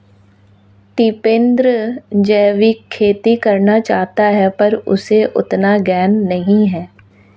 टिपेंद्र जैविक खेती करना चाहता है पर उसे उतना ज्ञान नही है